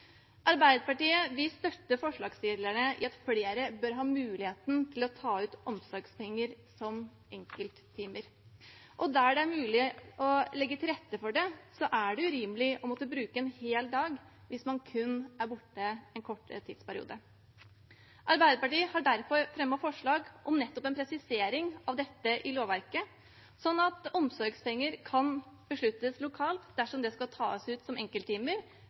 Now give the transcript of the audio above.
Arbeiderpartiet og SV. Arbeiderpartiet støtter forslagsstillerne i at flere bør ha muligheten til å ta ut omsorgspenger som enkelttimer. Og der det er mulig å legge til rette for det, er det urimelig å måtte bruke en hel dag, hvis man kun er borte en kortere tidsperiode. Arbeiderpartiet og SV har derfor fremmet forslag om nettopp en presisering av dette i lovverket, sånn at omsorgspenger kan besluttes lokalt, dersom det skal tas ut som enkelttimer,